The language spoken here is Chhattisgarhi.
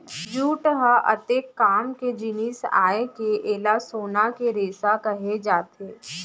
जूट ह अतेक काम के जिनिस आय के एला सोना के रेसा कहे जाथे